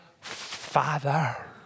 Father